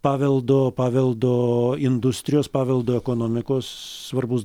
paveldo paveldo industrijos paveldo ekonomikos svarbus